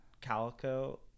calico